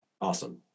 Awesome